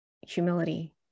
humility